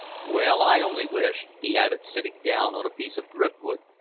well, i only wish, he added, sitting down on a piece of driftwood,